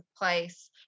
place